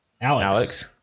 Alex